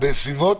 בסביבות